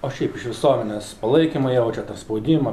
o šiaip iš visuomenės palaikymą jaučiat ar spaudimą